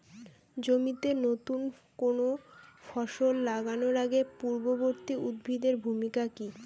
জমিতে নুতন কোনো ফসল লাগানোর আগে পূর্ববর্তী উদ্ভিদ এর ভূমিকা কি?